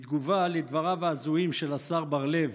בתגובה לדבריו ההזויים של השר בר לב,